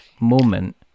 moment